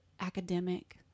academic